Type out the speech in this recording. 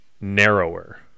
narrower